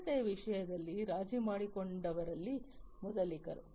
ಭದ್ರತೆಯ ವಿಷಯದಲ್ಲಿ ರಾಜಿ ಮಾಡಿಕೊಂಡವರಲ್ಲಿ ಮೊದಲಿಗರು